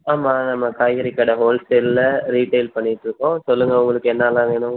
ஆமாம் ஆமாம் காய்கறி கடை ஹோல்சேல்லில் ரீட்டைல் பண்ணிகிட்ருக்கோம் சொல்லுங்கள் உங்களுக்கு என்னெல்லாம் வேணும்